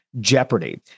jeopardy